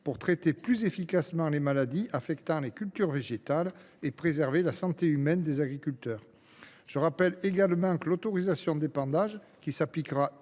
pour traiter plus efficacement les maladies affectant les cultures végétales et préserver la santé humaine, celle, en l’espèce, des agriculteurs. Je rappelle également que l’autorisation d’épandage, qui s’appliquera